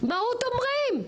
מהות אומרים,